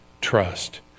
trust